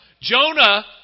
Jonah